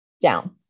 Down